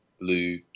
blue